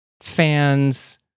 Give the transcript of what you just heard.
fans